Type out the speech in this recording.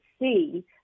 see